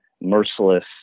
merciless